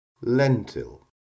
lentil